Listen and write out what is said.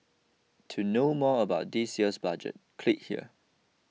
to know more about this year's budget click here